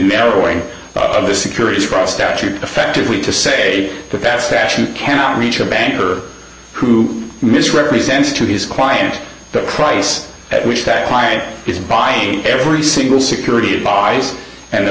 narrowing of the securities fraud statute effectively to say that that statute cannot reach a banker who misrepresents to his client the price at which that client is buying every single security it buys and the